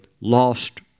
lost